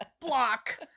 block